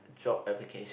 job application